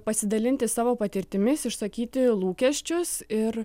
pasidalinti savo patirtimis išsakyti lūkesčius ir